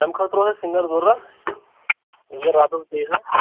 تَمہِ خٲطرٕ اوس اَسہِ سِنٛگَر ضروٗرت یُس زَن راتَس گیوٕ ہا